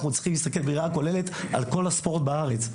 אנחנו צריכים להסתכל בראייה כוללת על כל הספורט בארץ.